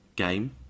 game